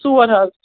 ژور ہتھ